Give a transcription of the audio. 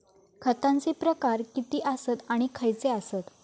खतांचे प्रकार किती आसत आणि खैचे आसत?